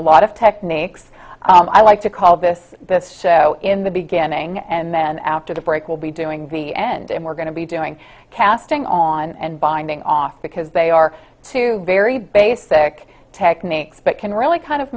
a lot of techniques i like to call this the so in the beginning and then after the break we'll be doing the end and we're going to be doing casting on and binding off because they are two very basic techniques but can really kind of